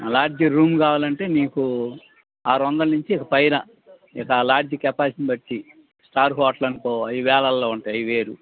lodge room కావాలంటే నీకు ఆరు వందల నుంచి ఇక పైన ఇక ఆ లాడ్జ్ కెపాసిటీని బట్టి స్టార్ హోటలు అనుకో అవి వేలల్లో ఉంటాయి అవి వేరు